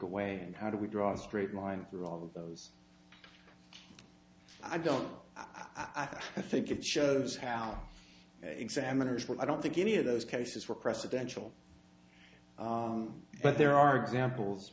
away and how do we draw a straight line through all of those i don't know i think it shows how examiners but i don't think any of those cases were presidential but there are examples